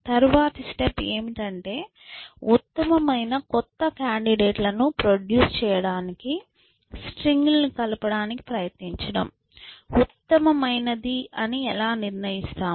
తర్వాతి స్టెప్ ఏమిటంటే ఉత్తమమైన కొత్త కాండిడేట్ లను ప్రొడ్యూస్ చేయడానికి స్ట్రింగ్ లను కలపడానికి ప్రయత్నించడం ఉత్తమమైనదని ఎలా నిర్ణయిస్తాము